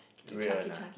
red one lah